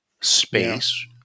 space